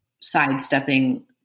sidestepping